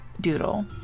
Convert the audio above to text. doodle